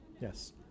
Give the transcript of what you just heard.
Yes